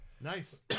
nice